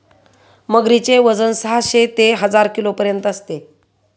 मगरीचे वजन साहशे ते हजार किलोपर्यंत असते